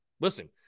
Listen